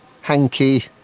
Hankey